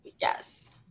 yes